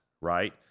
right